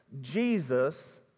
Jesus